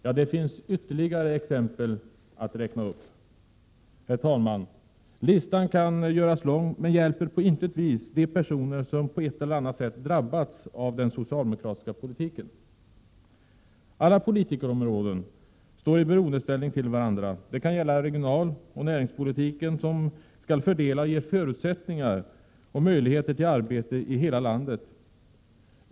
Ja, det finns ytterligare exempel att räkna upp. Listan kan göras lång men hjälper på intet vis de personer som på ett eller annat sätt har drabbats av den socialdemokratiska politiken. Alla politikområden står i beroendeställning till varandra. Det kan gälla regionaloch näringspolitiken som skall fördela och ge förutsättningar och möjligheter till arbete i hela landet.